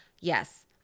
yes